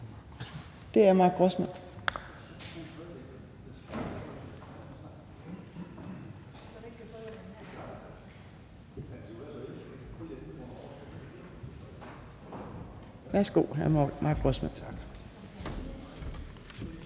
det er Mark Grossmann.